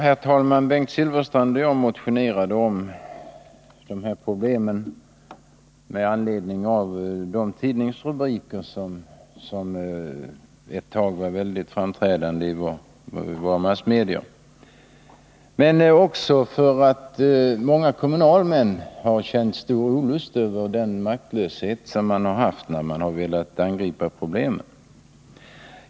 Herr talman! Bengt Silfverstrand och jag motionerade om de här aktuella problemen med anledning av de tidningsartiklar och rubriker som ett tag var väldigt framträdande i våra massmedier, men också därför att många kommunalmän har känt stor olust över sin maktlöshet när de velat angripa problemen.